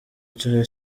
icyo